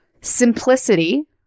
Simplicity